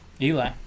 Eli